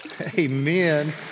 Amen